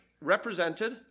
represented